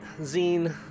zine